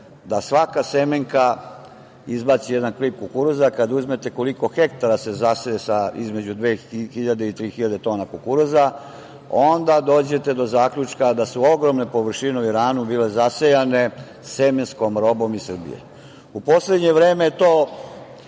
da svaka semenka izbaci jedan klip kukuruza, kad uzmete koliko hektara se zaseje između dve i tri hiljade tona kukuruza, onda dođete do zaključka da su ogromne površine u Iranu bile zasejane semenskom robom iz Srbije.U poslednje vreme to